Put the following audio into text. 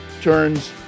turns